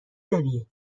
داری